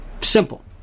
Simple